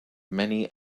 many